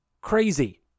crazy